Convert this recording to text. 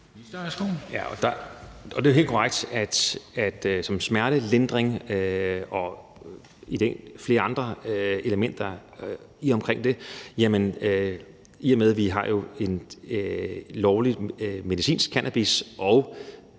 at det fungerer som smertelindring, og der er flere andre elementer omkring det, og i og med at vi jo har en lovlig medicinsk cannabis